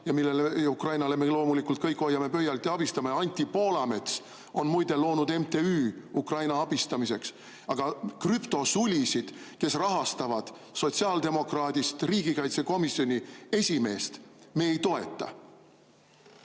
Ukrainas. Ukrainale me loomulikult kõik hoiame pöialt ja abistame. Anti Poolamets on muide loonud MTÜ Ukraina abistamiseks. Aga krüptosulisid, kes rahastavad sotsiaaldemokraadist riigikaitsekomisjoni esimeest, me ei toeta.